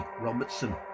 Robertson